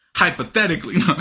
Hypothetically